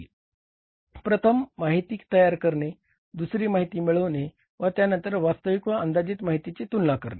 प्रथम माहिती तयार करणे दुसरे माहिती मिळवणे व त्यांनतर वास्तविक व अंदाजित माहितीची तुलना करणे